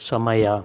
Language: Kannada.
ಸಮಯ